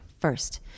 first